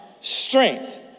strength